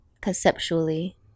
conceptually